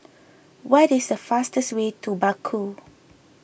what is the fastest way to Baku